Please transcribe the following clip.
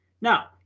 Now